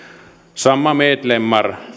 samma medlemmar